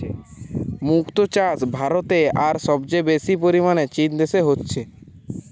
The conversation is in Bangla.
মুক্তো চাষ ভারতে আর সবচেয়ে বেশি পরিমাণে চীন দেশে হচ্ছে